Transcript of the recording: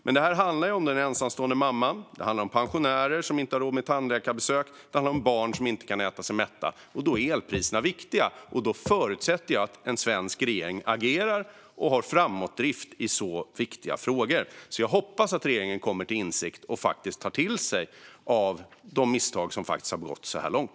Men det här handlar om den ensamstående mamman. Det handlar om pensionärer som inte har råd med tandläkarbesök. Det handlar om barn som inte kan äta sig mätta. Då är elpriserna viktiga, och jag förutsätter att en svensk regering agerar och har framåtdrift i så viktiga frågor. Jag hoppas att regeringen kommer till insikt och faktiskt tar till sig av de misstag som begåtts så här långt.